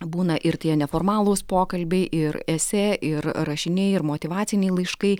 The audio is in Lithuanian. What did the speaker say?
būna ir tie neformalūs pokalbiai ir esė ir rašiniai ir motyvaciniai laiškai